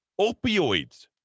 opioids